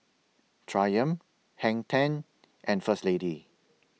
Triumph Hang ten and First Lady